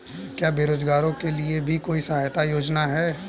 क्या बेरोजगारों के लिए भी कोई सहायता योजना है?